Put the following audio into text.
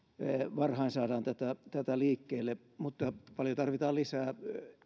varhain saadaan tätä tätä liikkeelle mutta paljon tarvitaan lisää